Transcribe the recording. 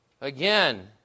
Again